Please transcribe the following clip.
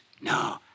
No